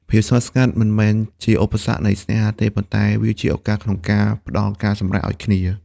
ភាពស្ងប់ស្ងាត់មិនមែនជាឧបសគ្គនៃស្នេហាទេ ប៉ុន្តែវាជាឱកាសក្នុងការផ្ដល់ការសម្រាកឱ្យគ្នា។